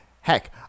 Heck